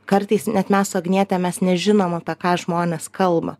kartais net mes su agniete mes nežinom apie ką žmonės kalba